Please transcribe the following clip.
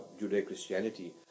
Judeo-Christianity